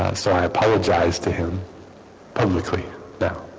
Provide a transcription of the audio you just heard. so i apologized to him publicly now